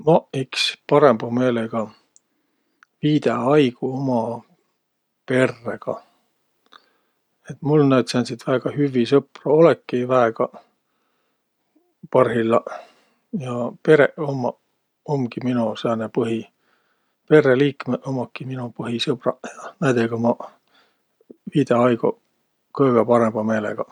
Maq iks parõmba meelega viidä aigo uma perregaq. Et mul naid sääntsit väega hüvvi sõpro olõki-i väegaq parhillaq ja pereq ummaq, umgi mino sääne põhi- perreliikmõq ummaki mino põhisõbraq ja näidega ma viidä aigo kõgõ parõma meelegaq.